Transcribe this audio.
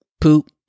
poop